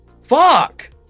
Fuck